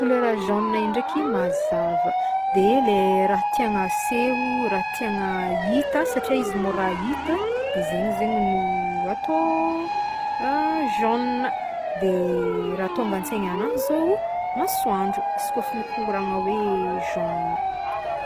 Couleur jaune indraiky mazava de lay raha tiagna aseho raha tiagna hita satria izy môra hita de zegny zegny no atô jaune de raha tonga antsaigny agnahy zao masoandro izy koa fa mikoragna hoe jaune.